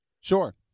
Sure